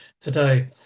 today